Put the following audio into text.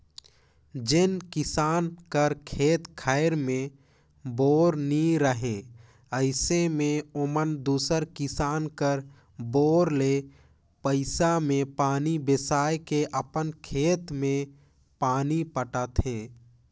जेन किसान कर खेत खाएर मे बोर नी रहें अइसे मे ओमन दूसर किसान कर बोर ले पइसा मे पानी बेसाए के अपन खेत मे पानी पटाथे